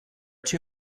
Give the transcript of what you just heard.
too